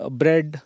bread